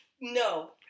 no